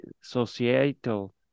societal